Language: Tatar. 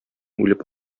үлеп